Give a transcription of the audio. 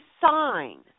sign